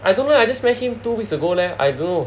I don't know I just met him two weeks ago leh I don't know